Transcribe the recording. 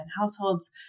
households